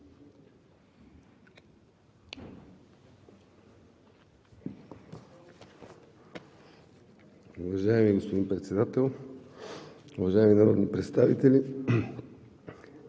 Уважаеми господин Председател, уважаеми народни представители,